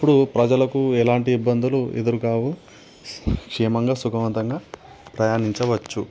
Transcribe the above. అప్పుడు ప్రజలకు ఎలాంటి ఇబ్బందులు ఎదురుకావు క్షేమంగా సుఖవంతంగా ప్రయాణించవచ్చు